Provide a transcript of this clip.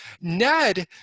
Ned